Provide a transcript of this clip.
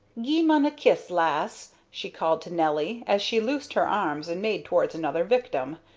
gie mun a kiss, lass! she called to nelly, as she loosed her arms and made towards another victim.